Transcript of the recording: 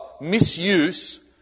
misuse